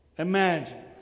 Imagine